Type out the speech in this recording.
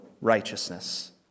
righteousness